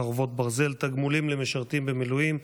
חרבות ברזל) (תגמולים למשרתים במילואים),